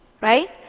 Right